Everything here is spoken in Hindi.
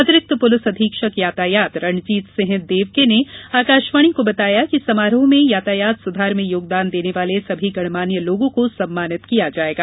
अतिरिक्त पुलिस अधीक्षक यातायात रणजीत सिंह देवके ने आकाषवाणी को बताया कि समारोह में यातायात सुधार में योगदान देने वाले सभी गणमान्य लोगों को सम्मानित किया जाएगा